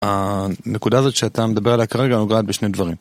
הנקודה הזאת שאתה מדבר עליה כרגע נוגעת בשני דברים.